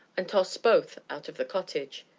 and tossed both out of the cottage.